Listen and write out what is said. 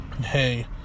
hey